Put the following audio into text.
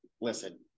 listen